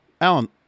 Alan